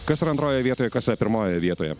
kas yra antrojoje vietoje kas pirmojoje vietoje